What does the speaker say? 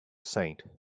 saint